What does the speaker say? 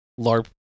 LARP